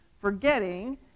forgetting